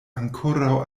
ankoraŭ